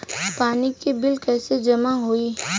पानी के बिल कैसे जमा होयी?